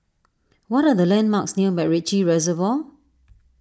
what are the landmarks near MacRitchie Reservoir